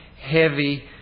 heavy